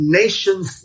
nations